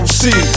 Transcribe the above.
see